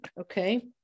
okay